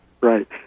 Right